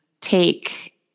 take